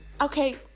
okay